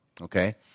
Okay